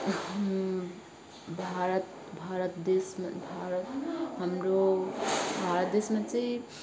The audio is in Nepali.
हाम्रो भारत भारत देशमा भारत हाम्रो भारत देशमा चाहिँ